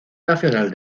nacional